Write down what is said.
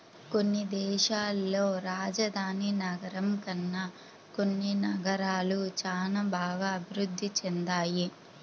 కొన్ని దేశాల్లో రాజధాని నగరం కన్నా కొన్ని నగరాలు చానా బాగా అభిరుద్ధి చెందాయి